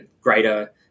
greater